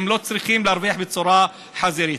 הם לא צריכים להרוויח בצורה חזירית.